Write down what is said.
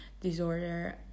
disorder